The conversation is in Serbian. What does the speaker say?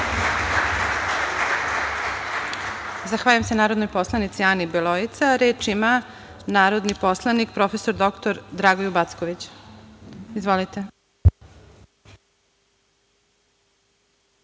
Zahvaljujem se narodnoj poslanici, Ani Beloica. Reč ima narodni poslanik prof. dr Dragoljub Acković. Izvolite.